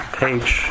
page